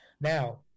Now